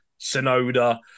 Sonoda